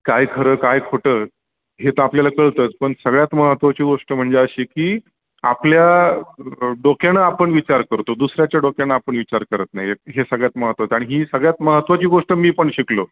काय खरं काय खोटं हे तर आपल्याला कळतंच पण सगळ्यात महत्त्वाची गोष्ट म्हणजे अशी की आपल्या डोक्यानं आपण विचार करतो दुसऱ्याच्या डोक्यानं आपण विचार करत नाही हे सगळ्यात महत्त्वाचं आणि ही सगळ्यात महत्त्वाची गोष्ट मी पण शिकलो